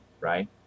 right